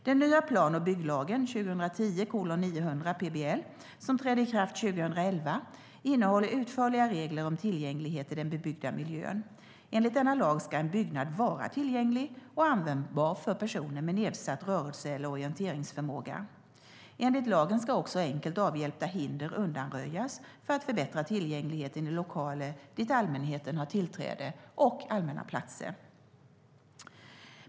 Den nya plan och bygglagen, PBL , som trädde i kraft 2011, innehåller utförliga regler om tillgänglighet i den bebyggda miljön. Enligt denna lag ska en byggnad vara tillgänglig och användbar för personer med nedsatt rörelse eller orienteringsförmåga. Enligt lagen ska också enkelt avhjälpta hinder undanröjas för att förbättra tillgängligheten i lokaler dit allmänheten har tillträde och på allmänna platser.